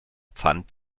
pfand